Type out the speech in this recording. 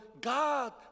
God